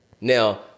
now